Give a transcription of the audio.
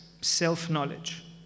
self-knowledge